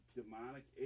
demonic